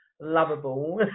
lovable